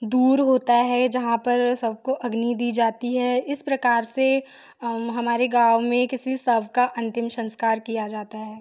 दूर होता है जहाँ पर सबको अग्नि दी जाती है इस प्रकार से हमारे गाँव में किसी शव का अंतिम संस्कार किया जाता है